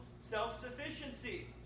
self-sufficiency